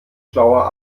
schlauer